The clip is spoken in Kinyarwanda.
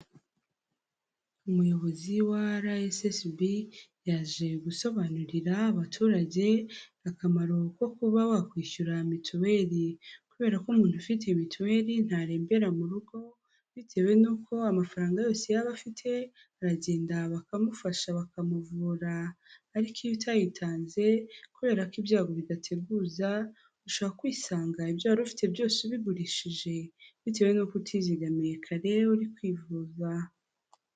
Umuyobozi wa RSSB yaje gusobanurira abaturage akamaro ko kuba wakwishyura mituweli, kubera ko umuntu ufiti mituweli ntarembera mu rugo bitewe n'uko amafaranga yose yaba afite aragenda bakamufasha bakamuvura, ariko iyo utayitanze kubera ko ibyago bidateguza ushaka kwisanga ibyo wari ufite byose ubigurishije bitewe no utizigamiye karere uri kwivuza.